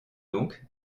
donc